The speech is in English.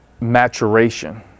maturation